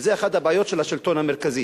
וזה אחת הבעיות של השלטון המרכזי.